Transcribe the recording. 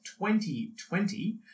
2020